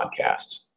podcasts